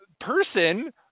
person